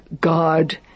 God